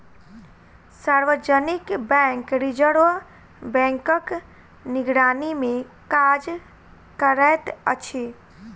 सार्वजनिक bank reserve बैंकक निगरानीमे काज करैत अछि